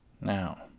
Now